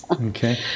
Okay